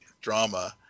drama